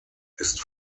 ist